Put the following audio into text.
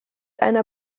einer